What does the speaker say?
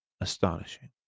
astonishing